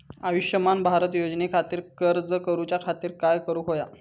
आयुष्यमान भारत योजने खातिर अर्ज करूच्या खातिर काय करुक होया?